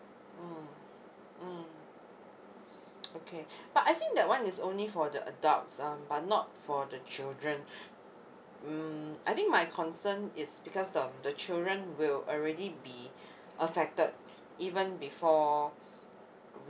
mm mm okay but I think that one is only for the adults um but not for the children mm I think my concern is because the the children will already be affected even before